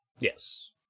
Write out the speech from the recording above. Yes